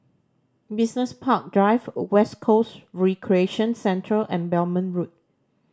Business Park Drive West Coast Recreation Centre and Belmont Road